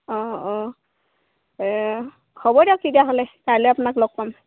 অঁ অঁ হ'ব দিয়ক তেতিয়াহ'লে কাইলৈ আপোনাক লগ পাম